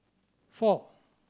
four